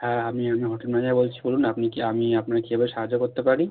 হ্যাঁ আমি আমি হোটেল ম্যানেজার বলছি বলুন আপনি কী আমি আপনাকে কীভাবে সাহায্য করতে পারি